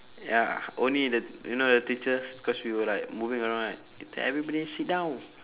ya only the you know the teachers cause we were like moving around right everybody sit down